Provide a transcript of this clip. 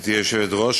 גברתי היושבת-ראש,